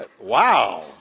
wow